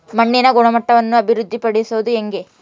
ಮಣ್ಣಿನ ಗುಣಮಟ್ಟವನ್ನು ಅಭಿವೃದ್ಧಿ ಪಡಿಸದು ಹೆಂಗೆ?